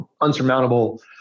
unsurmountable